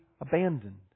abandoned